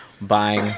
buying